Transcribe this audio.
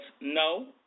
no